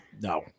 No